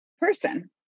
person